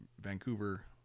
Vancouver